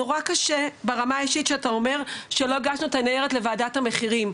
נורא קשה ברמה האישית שאתה אומר שלא הגשנו את הניירת לוועדת המחירים.